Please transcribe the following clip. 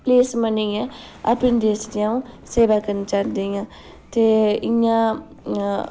police बनियै अपने देश दी अ'ऊं सेवा करना चाह्ंदी आं ते इ'यां